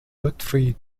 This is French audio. gottfried